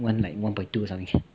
like one point two something